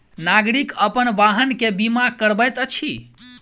नागरिक अपन वाहन के बीमा करबैत अछि